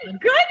good